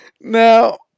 Now